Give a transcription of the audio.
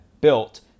built